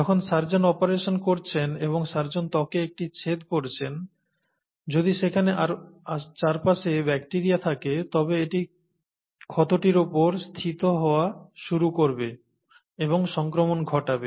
যখন surgeon operation করছেন এবং সার্জন ত্বকে একটি ছেদ করছেন যদি সেখানে চারপাশে ব্যাকটিরিয়া থাকে তবে এটি ক্ষতটির ওপর স্থিত হওয়া শুরু করবে এবং সংক্রমণ ঘটাবে